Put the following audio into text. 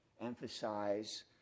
emphasize